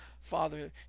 Father